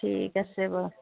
ঠিক আছে বাৰু